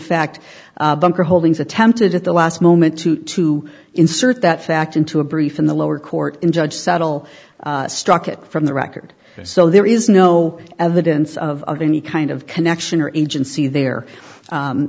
fact bunker holdings attempted at the last moment to to insert that fact into a brief in the lower court in judge settle struck it from the record so there is no evidence of any kind of connection or agency there